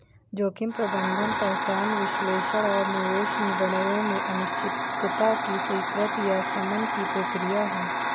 जोखिम प्रबंधन पहचान विश्लेषण और निवेश निर्णयों में अनिश्चितता की स्वीकृति या शमन की प्रक्रिया है